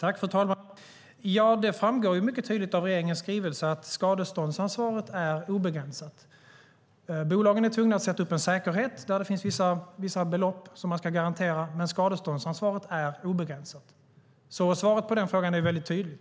Fru talman! Det framgår mycket tydligt av regeringens skrivelse att skadeståndsansvaret är obegränsat. Bolagen är tvungna att sätta upp en säkerhet där det finns vissa belopp som man ska garantera. Men skadeståndsansvaret är obegränsat. Svaret på frågan är alltså tydligt.